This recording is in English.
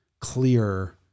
clear